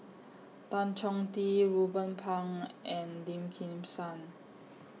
Tan Chong Tee Ruben Pang and Lim Kim San